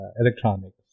electronics